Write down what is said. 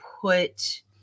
put